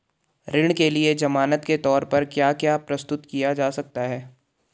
ऋण के लिए ज़मानात के तोर पर क्या क्या प्रस्तुत किया जा सकता है?